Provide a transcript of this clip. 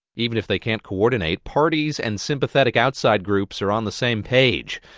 even if they can't coordinate, parties and sympathetic outside groups are on the same page.